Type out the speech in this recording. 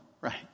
right